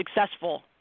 successful